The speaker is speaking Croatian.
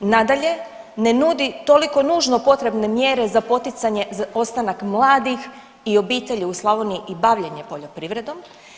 nadalje ne nudi toliko nužno potrebne mjere za poticanje za ostanak mladih i obitelji u Slavoniji i bavljenje poljoprivredom.